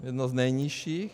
Jedno z nejnižších.